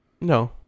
no